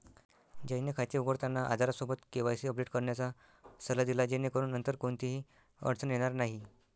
जयने खाते उघडताना आधारसोबत केवायसी अपडेट करण्याचा सल्ला दिला जेणेकरून नंतर कोणतीही अडचण येणार नाही